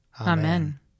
Amen